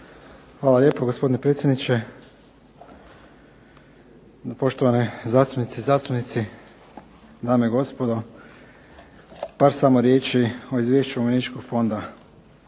Hvala lijepo gospodine predsjedniče, poštovane zastupnice i zastupnici, dame i gospodo. Par samo riječi o izvješću umirovljeničkog fonda.